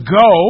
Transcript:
go